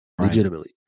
legitimately